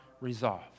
resolve